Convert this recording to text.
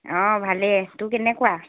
অঁ ভালেই তোৰ কেনেকুৱা